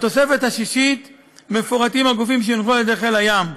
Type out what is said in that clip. בתוספת השישית מפורטים הגופים שיונחו על ידי חיל הים.